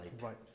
Right